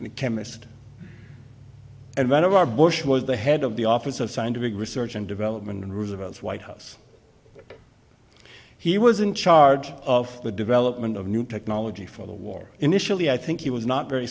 and a chemist and one of our bush was the head of the office of scientific research and development in roosevelt's white house he was in charge of the development of new technology for the war initially i think he was not very